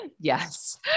Yes